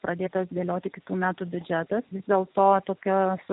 pradėtas dėlioti kitų metų biudžetas vis dėlto tokios